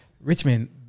Richmond